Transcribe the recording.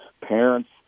Parents